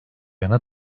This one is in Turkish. yana